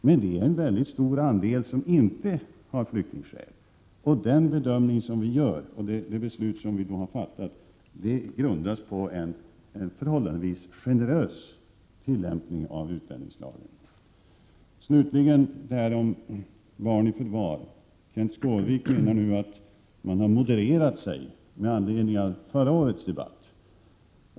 Men det är en stor andel chilenare som inte har flyktingskäl, och den bedömning som vi gör och det beslut som vi fattar grundas på en förhållandevis generös tillämpning av utlänningslagen. Slutligen beträffande barn i förvar: Kenth Skårvik menar nu att man har modererat sig med anledning av förra årets debatt.